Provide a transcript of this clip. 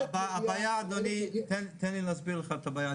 הבעיה, אדוני, תן לי להסביר לך את הבעיה.